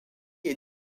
est